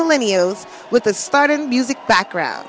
millenniums with a start in music background